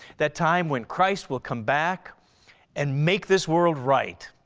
that time when christ will come back and make this world right.